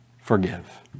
Forgive